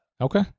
Okay